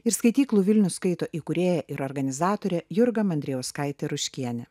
ir skaityklų vilnius skaito įkūrėja ir organizatore jurga mandrijauskaite ruškiene